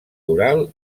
oral